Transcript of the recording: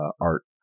art